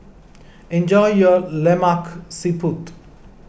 enjoy your Lemak Siput